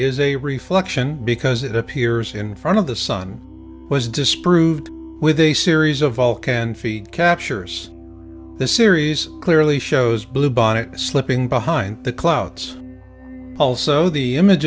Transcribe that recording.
is a reflection because it appears in front of the sun was disproved with a series of all can feed captures the series clearly shows blue bonnet slipping behind the clouds also the image